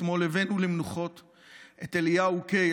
אתמול הבאנו למנוחות את אליהו קיי,